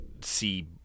see